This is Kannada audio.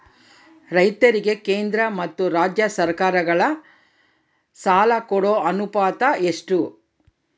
ರೈತರಿಗೆ ಕೇಂದ್ರ ಮತ್ತು ರಾಜ್ಯ ಸರಕಾರಗಳ ಸಾಲ ಕೊಡೋ ಅನುಪಾತ ಎಷ್ಟು?